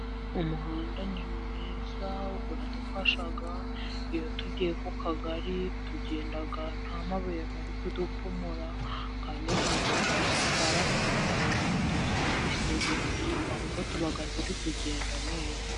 Umuhonda ni mwiza uradufasha, iyo tugiye ku Kagari tugenda nta mabuye ari dupfumura, kandi ntabwo dusitara ku mabuye ngo tuzane ibisebe, ahubwo tuba turi kugenda neza.